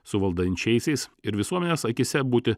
su valdančiaisiais ir visuomenės akyse būti